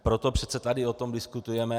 Proto přece tady o tom diskutujeme.